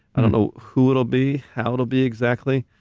i don't know who it'll be, how it'll be, exactly,